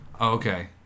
Okay